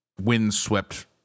windswept